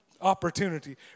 opportunity